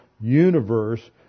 universe